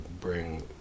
bring